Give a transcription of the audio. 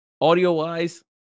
audio-wise